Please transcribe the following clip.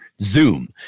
Zoom